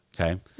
Okay